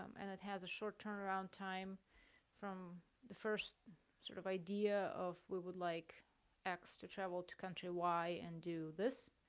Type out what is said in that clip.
um and it has a short turnaround time from the first sort of idea of, we would like x to travel to country y and do this,